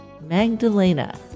Magdalena